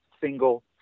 single